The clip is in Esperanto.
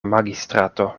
magistrato